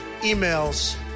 emails